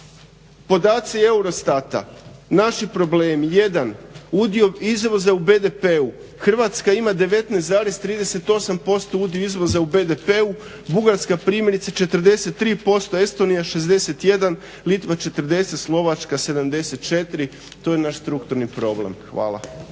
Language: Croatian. podaci Eurostata naši problemi, 1 udio izvoza u BDP-u Hrvatska ima 19,38% udio izvoza u BDP-u, Bugarska primjerice 43%, Estonija 61, Litva 40, Slovačka 74 to je naš strukturni problem. Hvala.